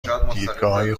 دیدگاههای